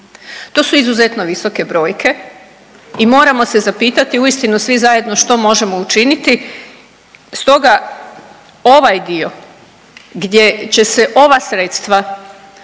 To su izuzetno visoke brojke i moramo se zapitati uistinu svi zajedno što možemo učiniti. Stoga ovaj dio gdje će se ova sredstva